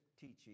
teaching